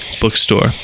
bookstore